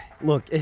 Look